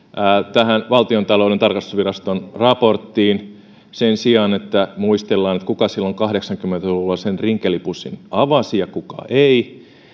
tähän valtiontalouden tarkastusviraston raporttiin sen sijaan että muistellaan kuka silloin kahdeksankymmentä luvulla sen rinkelipussin avasi ja kuka ei